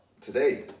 today